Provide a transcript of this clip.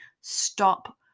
stop